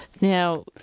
Now